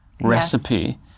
recipe